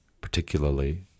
particularly